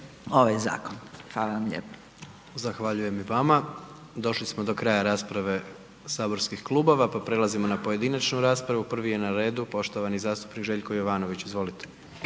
**Jandroković, Gordan (HDZ)** Zahvaljujem i vama. Došli smo do kraja rasprave saborskih klubova pa prelazimo na pojedinačnu raspravu. Prvi je na redu poštovani zastupnik Željko Jovanović, izvolite.